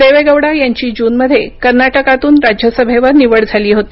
देवेगौडा यांची जूनमध्ये कर्नाटकातून राज्यसभेवर निवड झाली होती